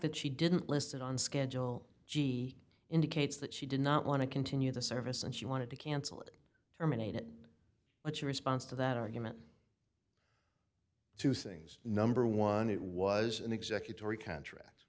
that she didn't list it on schedule g indicates that she did not want to continue the service and she wanted to cancel it terminated but your response to that argument two things number one it was an executive or a contract